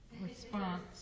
Response